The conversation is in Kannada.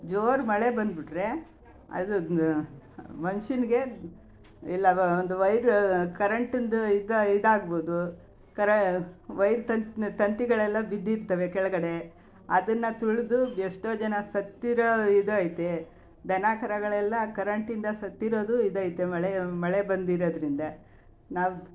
ಜೋರು ಮಳೆ ಬಂದುಬಿಟ್ರೆ ಅದು ಮನುಷ್ಯನ್ಗೆ ಇಲ್ಲ ಒಂದು ವೈರ್ ಕರೆಂಟಿಂದು ಇದಾ ಇದಾಗ್ಬೋದು ಕರೆ ವೈರ್ ತಂತಿ ತಂತಿಗಳೆಲ್ಲ ಬಿದ್ದಿರ್ತವೆ ಕೆಳಗಡೆ ಅದನ್ನು ತುಳಿದು ಎಷ್ಟೋ ಜನ ಸತ್ತಿರೋ ಇದು ಐತೆ ದನ ಕರುಗಳೆಲ್ಲ ಕರೆಂಟಿಂದ ಸತ್ತಿರೋದೂ ಇದಿದೆ ಮಳೆ ಮಳೆ ಬಂದಿರೋದರಿಂದ ನಾವು